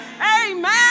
Amen